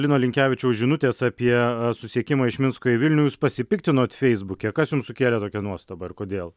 lino linkevičiaus žinutės apie susisiekimą iš minsko į vilnių jūs pasipiktinot feisbuke kas jum sukėlė tokią nuostabą ir kodėl